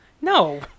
No